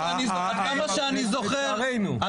עד כמה שאני זוכר,